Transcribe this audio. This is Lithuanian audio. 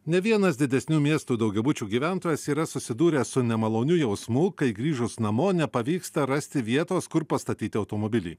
ne vienas didesnių miestų daugiabučių gyventojas yra susidūręs su nemaloniu jausmu kai grįžus namo nepavyksta rasti vietos kur pastatyti automobilį